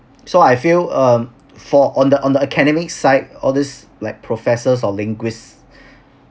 so I feel um for on the on the academic side all this like professors or linguists